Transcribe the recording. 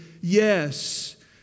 yes